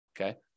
okay